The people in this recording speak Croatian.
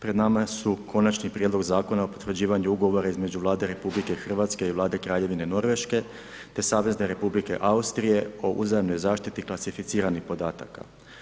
Pred nama su Konačni prijedlog zakona o potvrđivanju ugovora između Vlade RH i Vlade Kraljevine Norveške te Savezne Republike Austrije o uzajamnoj zaštiti klasificiranih podataka.